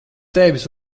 tevis